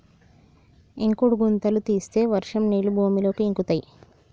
ఇంకుడు గుంతలు తీస్తే వర్షం నీళ్లు భూమిలోకి ఇంకుతయ్